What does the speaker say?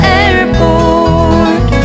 airport